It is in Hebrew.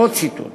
ועוד ציטוט: